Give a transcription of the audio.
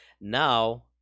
Now